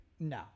no